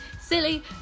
silly